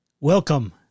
Welcome